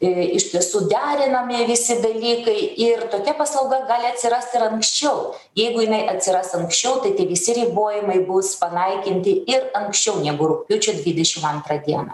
i iš tiesų derinami visi dalykai ir tokia paslauga gali atsirast ir anksčiau jeigu jinai atsiras anksčiau tai tie visi ribojimai bus panaikinti ir anksčiau negu rugpjūčio dvidešim antrą dieną